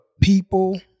people